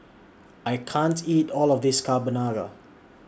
I can't eat All of This Carbonara